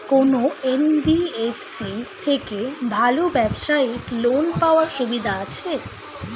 কোন এন.বি.এফ.সি থেকে ভালো ব্যবসায়িক লোন পাওয়ার সুবিধা আছে?